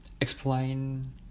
explain